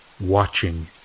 Watching